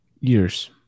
Years